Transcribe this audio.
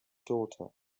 daughter